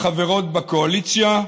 החברות בקואליציה,